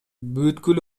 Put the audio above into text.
бүткүл